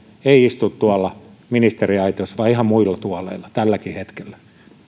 eivät istu tuolla ministeriaitiossa vaan ihan muilla tuoleilla tälläkin hetkellä